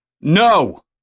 No